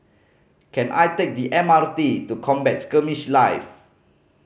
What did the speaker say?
can I take the M R T to Combat Skirmish Live